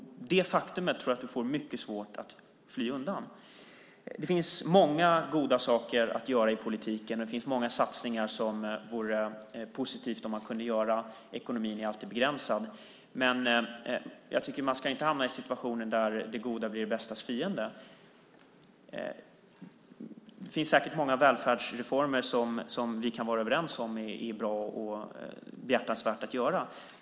Jag tror att du får mycket svårt att fly undan det faktumet. Det finns många goda saker att göra i politiken. Det finns många satsningar som det vore positivt om man kunde göra. Ekonomin är alltid begränsad. Jag tycker inte att man ska hamna i situationer där det goda blir det bästas fiende. Det finns säkert många välfärdsreformer som vi kan vara överens om är bra och behjärtansvärda att genomföra.